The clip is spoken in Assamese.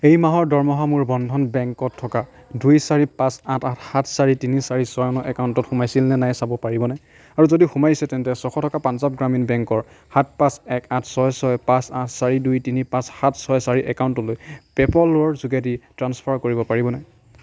এই মাহৰ দৰমহা মোৰ বন্ধন বেংকত থকা দুই চাৰি পাঁচ আঠ আঠ সাত চাৰি তিনি চাৰি ছয় ন একাউণ্টত সোমাইছিল নে নাই চাব পাৰিবনে আৰু যদি সোমাইছে তেন্তে ছয়শ টকা পাঞ্জাৱ গ্ৰামীণ বেংকৰ সাত পাঁচ এক আঠ ছয় ছয় পাঁচ আঠ চাৰি দুই তিনি পাঁচ সাত ছয় চাৰি একাউণ্টটোলৈ পে'পলৰ যোগেদি ট্ৰাঞ্চফাৰ কৰিব পাৰিবনে